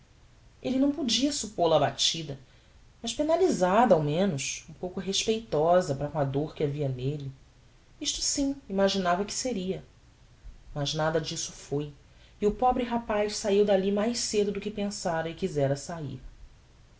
elle não podia suppol a abatida mas penalisada ao menos um pouco respeitosa para com a dor que havia nelle isto sim imaginava que sería mas nada disso foi e o pobre rapaz saiu dalli mais cedo do que pensára e quizera sair